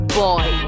boy